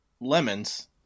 lemons